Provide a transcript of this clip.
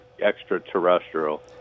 extraterrestrial